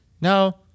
Now